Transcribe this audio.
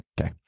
Okay